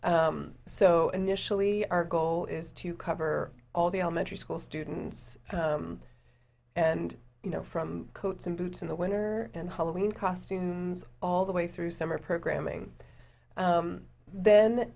so initially our goal is to cover all the elementary school students and you know from coats and boots in the winter and halloween costumes all the way through summer programming then